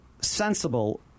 sensible